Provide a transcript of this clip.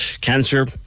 Cancer